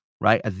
right